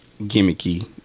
gimmicky